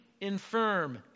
infirm